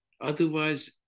otherwise